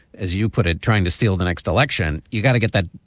as you put it, trying to steal the next election. you're gonna get that.